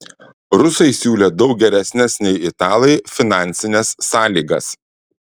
rusai siūlė daug geresnes nei italai finansines sąlygas